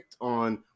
on